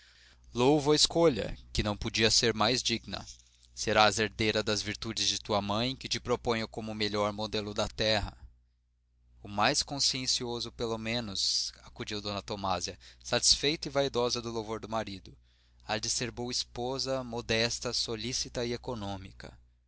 louvo a escolha que não podia ser mais digna serás herdeira das virtudes de tua mãe que te proponho como o melhor modelo da terra o mais consciencioso pelo menos acudiu d tomásia satisfeita e vaidosa do louvor do marido há de ser boa esposa modesta solícita e econômica